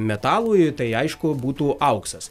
metalų ir tai aišku būtų auksas